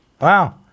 Wow